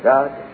God